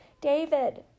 David